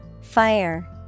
Fire